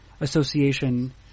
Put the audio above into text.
association